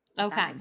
Okay